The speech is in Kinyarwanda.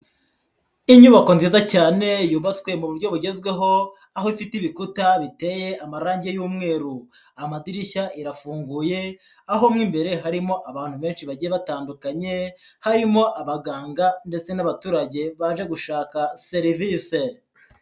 Inyubako nziza cyane yubatswe mu buryo bugezweho aho ifite ibikuta biteye amarangi y'umweru, amadirishya irafunguye aho mo imbere harimo abantu benshi bagiye batandukanye harimo abaganga ndetse n'abaturage baje gushaka serivisi.